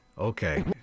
Okay